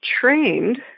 trained